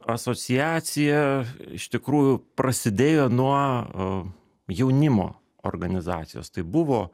asociacija iš tikrųjų prasidėjo nuo jaunimo organizacijos tai buvo